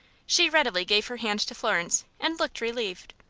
she readily gave her hand to florence, and looked relieved.